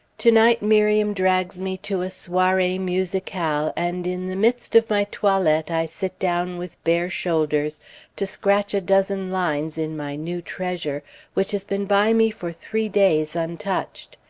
to-night miriam drags me to a soiree musicale, and in the midst of my toilet, i sit down with bare shoulders to scratch a dozen lines in my new treasure which has been by me for three days, untouched.